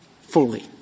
fully